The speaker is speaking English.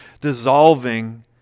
dissolving